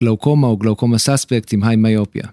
גלאוקומה או גלאוקומה סאספקט עם היימאיופיה.